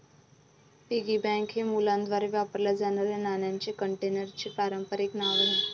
piggy bank हे मुलांद्वारे वापरल्या जाणाऱ्या नाण्यांच्या कंटेनरचे पारंपारिक नाव आहे